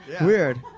Weird